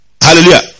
Hallelujah